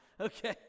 Okay